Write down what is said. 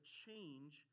change